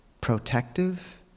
protective